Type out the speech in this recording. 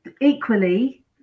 equally